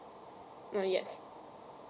oh yes